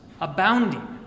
abounding